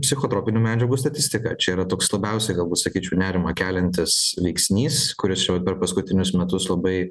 psichotropinių medžiagų statistika čia yra toks labiausiai galbūt sakyčiau nerimą keliantis veiksnys kuris jau per paskutinius metus labai